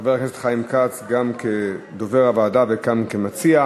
לחבר הכנסת חיים כץ, גם כדובר הוועדה וגם כמציע.